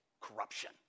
corruption